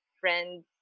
friends